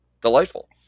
Delightful